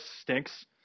stinks